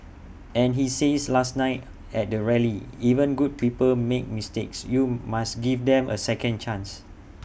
and he says last night at the rally even good people make mistakes you must give them A second chance